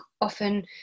often